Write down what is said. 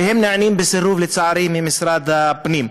ונענים בסירוב, לצערי, ממשרד הפנים.